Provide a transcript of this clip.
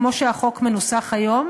כמו שהחוק מנוסח היום,